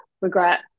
regret